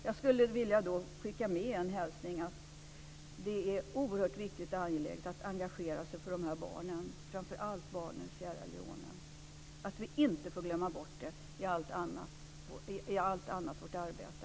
Jag skulle därför vilja skicka med en hälsning, att det är oerhört angeläget att engagera sig för framför allt barnen i Sierra Leone och att vi inte får glömma bort det i allt annat vårt arbete.